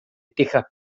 tejas